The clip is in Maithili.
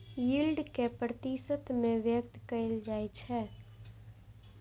यील्ड कें प्रतिशत मे व्यक्त कैल जाइ छै